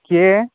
କିଏ